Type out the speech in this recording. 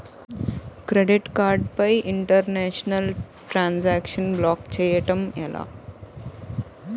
Credit card పై international transaction block చేయటం ఎలా?